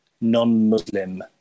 non-Muslim